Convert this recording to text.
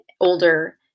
older